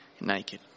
naked